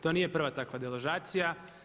To nije prva takva deložacija.